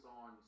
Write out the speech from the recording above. on